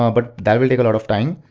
um but that will take a lot of time.